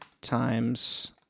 Times